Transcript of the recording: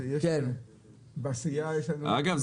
אגב,